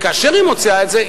וכאשר היא מוציאה את זה,